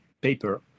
paper